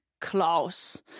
Klaus